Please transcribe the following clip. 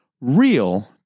real